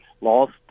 lost